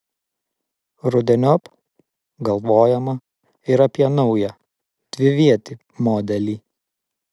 rudeniop galvojama ir apie naują dvivietį modelį